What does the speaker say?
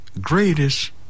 greatest